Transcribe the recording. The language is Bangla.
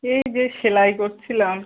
এই যে সেলাই করছিলাম